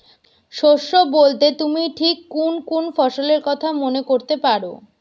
শস্য বোলতে তুমি ঠিক কুন কুন ফসলের কথা মনে করতে পার?